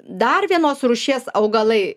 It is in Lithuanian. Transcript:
dar vienos rūšies augalai